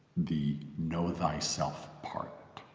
the know thyself part,